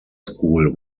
school